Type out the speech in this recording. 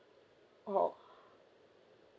orh